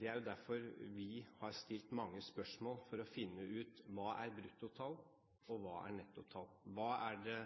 Det er jo derfor vi har stilt mange spørsmål for å finne ut: Hva er bruttotall, og hva er nettotall? Hva er det